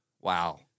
Wow